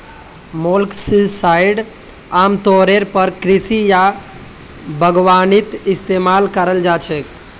molluscicides आमतौरेर पर कृषि या बागवानीत इस्तमाल कराल जा छेक